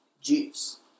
juice